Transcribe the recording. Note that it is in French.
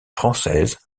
française